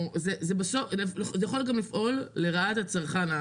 בסוף זה יכול גם לפעול לרעת הצרכן.